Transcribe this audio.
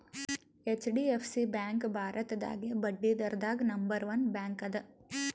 HDFC bank ಭಾರತದಾಗೇ ಬಡ್ಡಿದ್ರದಾಗ್ number one bank ಅದ